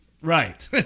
Right